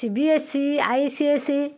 C B S E I C S E